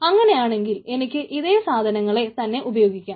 അങ്ങനെ ആണെങ്കിൽ എനിക്ക് ഇതേ സാധനങ്ങളെ തന്നെ ഉപയോഗിക്കാം